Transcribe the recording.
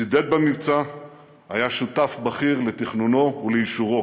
צידד במבצע והיה שותף בכיר בתכנונו ובאישורו.